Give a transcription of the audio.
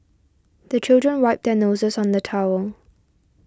the children wipe their noses on the towel